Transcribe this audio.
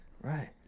Right